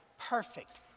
Perfect